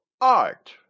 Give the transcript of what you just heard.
art